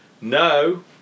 No